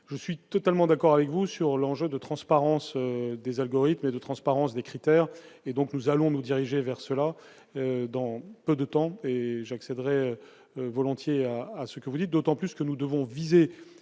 je suis totalement d'accord avec vous sur l'enjeu de transparence des algorithmes et de transparence des critères et donc nous allons nous diriger vers cela dans peu de temps et Jacques céderait volontiers à ce que vous dites, d'autant plus que nous devons viser